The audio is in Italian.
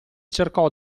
cercò